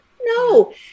No